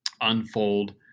unfold